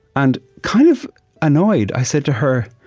and, kind of annoyed, i said to her,